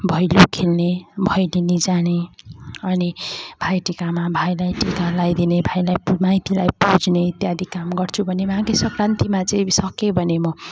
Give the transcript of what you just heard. भैलो खेल्ने भैलेनी जाने अनि भाइटिकामा भाइलाई टिका लगाइदिने भाइलाई माइतीलाई पुज्ने इत्यादि काम गर्छु भने माघे सङ्क्रान्तिमा चाहिँ सकेँ भने म